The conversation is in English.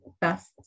best